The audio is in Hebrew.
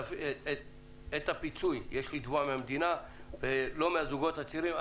את הפיצוי יש לתבוע מהמדינה ולא מהזוגות הצעירים.